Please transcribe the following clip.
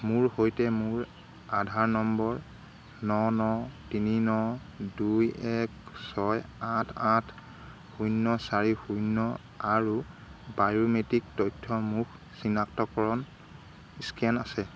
মোৰ সৈতে মোৰ আধাৰ নম্বৰ ন ন তিনি ন দুই এক ছয় আঠ আঠ শূন্য় চাৰি শূন্য় আৰু বায়'মেট্ৰিক তথ্য় মোক চিনাক্তকৰণ স্কেন আছে